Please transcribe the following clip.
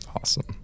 awesome